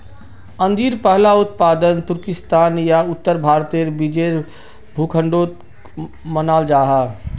अंजीर पहला उत्पादन तुर्किस्तान या उत्तर भारतेर बीचेर भूखंडोक मानाल जाहा